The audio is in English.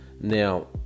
Now